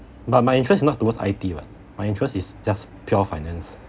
but my interest is not towards I_T [what] my interest is just pure finance